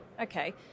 Okay